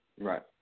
Right